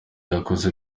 yakoze